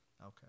Okay